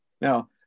Now